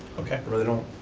okay. i really don't.